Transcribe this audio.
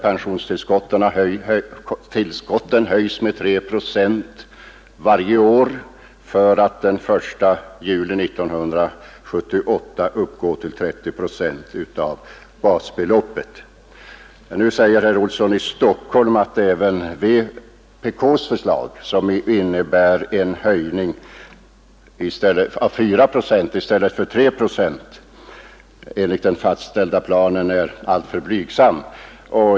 Pensionstillskotten höjs med 3 procent varje år för att den 1 juli 1978 uppgå till 30 procent av basbeloppet. Nu säger herr Olsson i Stockholm att även vpk:s förslag, som innebär en höjning på 4 procent i stället för 3 procent enligt den fastställda planen, är alltför blygsamt.